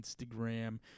Instagram